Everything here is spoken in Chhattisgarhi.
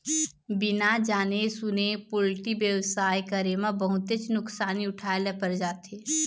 बिना जाने सूने पोल्टी बेवसाय करे म बहुतेच नुकसानी उठाए ल पर जाथे